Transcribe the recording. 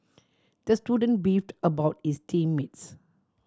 the student beefed about his team mates